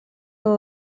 aba